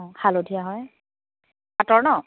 হালধীয়া হয় পাটৰ ন'